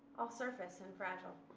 all surface and fragile.